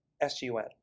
S-U-N